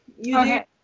Okay